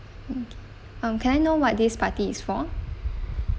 okay um can I know what this party is for